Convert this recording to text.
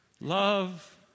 Love